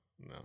no